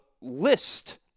list